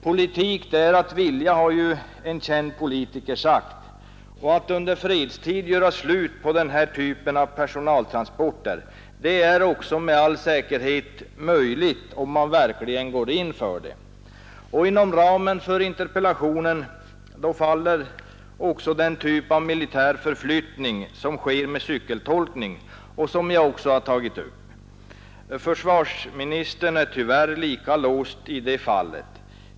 Politik är att vilja, har en känd politiker sagt, och att under fredstid göra slut på den här typen av personaltransporter är med all säkerhet möjligt, om man verkligen går in för det. Inom ramen för interpellationen faller också den typ av militär förflyttning som sker med cykeltolkning. Försvarsministern är tyvärr lika låst i det fallet.